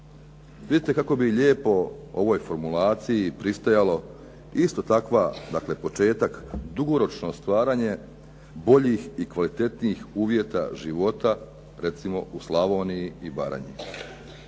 Vidite kako bi lijepo ovoj formulaciji pristajalo isto takav početak dugoročno stvaranje boljih i kvalitetnijih uvjeta života recimo u Slavoniji i Baranji.